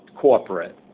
corporate